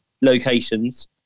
locations